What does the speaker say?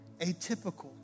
atypical